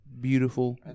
Beautiful